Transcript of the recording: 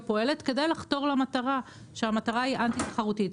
פועלת כדי לחתור למטרה שהיא אנטי תחרותית,